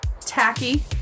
tacky